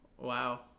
wow